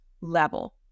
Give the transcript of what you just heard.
level